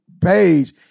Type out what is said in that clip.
page